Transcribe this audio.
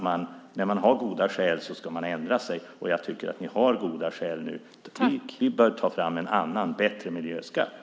Har man goda skäl till det ska man ändra sig, och jag tycker att ni har goda skäl nu. Vi bör ta fram en annan, bättre miljöskatt.